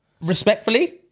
Respectfully